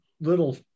little